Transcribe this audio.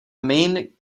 main